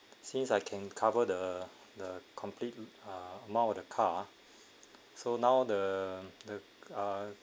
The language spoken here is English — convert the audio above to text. since I can cover the the complete uh amount of the car so now the the uh